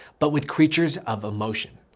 but with creatures of emotion.